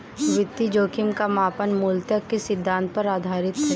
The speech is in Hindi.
वित्तीय जोखिम का मापन मूलतः किस सिद्धांत पर आधारित है?